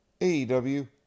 aew